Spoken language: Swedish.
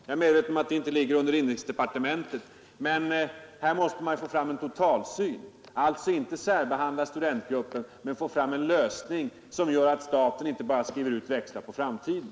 Jag är medveten om att den frågan formellt inte ligger inom inrikesdepartementets ansvarsområde men vi måste få fram en totalsyn — inte genom en särbehandling av studentgrupperna utan genom att nå en lösning så att staten inte år efter år skriver ut växlar på framtiden.